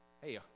Hey